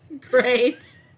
Great